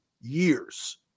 years